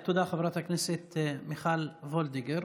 תודה, חברת הכנסת מיכל וולדיגר.